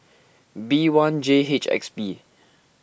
B one J H X P